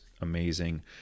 amazing